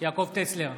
יעקב טסלר,